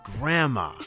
grandma